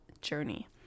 journey